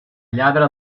lladre